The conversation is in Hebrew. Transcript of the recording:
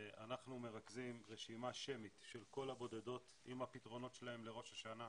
אנחנו מרכזים רשימה שמית של כל בודדות עם הפתרונות שלהן לראש השנה,